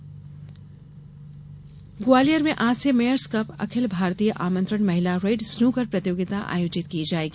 snooker Gwalior में आज से मेयर्स कप अखिल भारतीय आमंत्रण महिला रेड स्नूकर प्रतियोगिता आयोजित की जायेगी